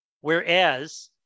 whereas